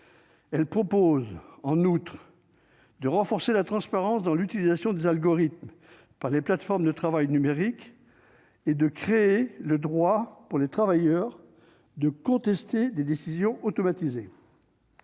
Elle propose en outre de renforcer la transparence dans l'utilisation des algorithmes par les plateformes de travail numériques et de créer le droit pour les travailleurs de contester des décisions automatisées.